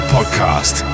Podcast